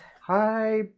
hi